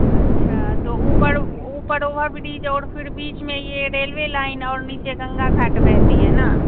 अच्छा तो ऊपर उपड़ ओवर ब्रिज और फिर बीच में ये रेलवे लाइन और नीचे गंगा घाट बहती है ना